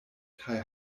kaj